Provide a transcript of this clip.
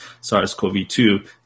SARS-CoV-2